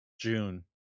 June